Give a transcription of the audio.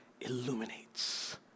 illuminates